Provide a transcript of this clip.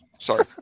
Sorry